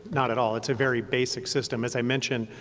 not at all. it's a very basic system. as i mentioned,